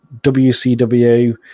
WCW